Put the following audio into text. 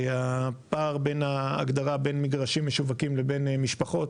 הפער בין ההגדרה בין מגרשים משווקים לבין משפחות,